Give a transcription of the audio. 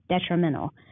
detrimental